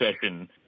session